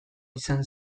izan